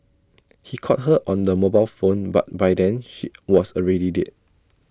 he called her on her mobile phone but by then she was already dead